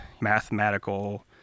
mathematical